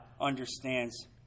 understands